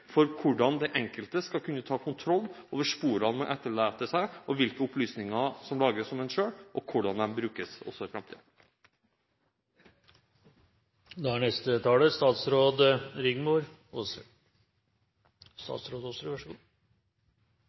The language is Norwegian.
for hvordan den enkelte skal kunne ta kontroll over sporene en etterlater seg, hvilke opplysninger som lagres om en selv, og hvordan de brukes også i